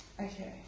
Okay